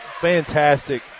fantastic